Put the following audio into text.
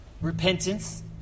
repentance